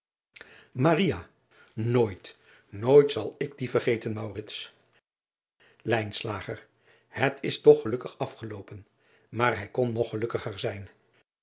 ooit nooit zal ik dien vergeten ij is toch gelukkig afgeloopen maar hij kon nog gelukkiger zijn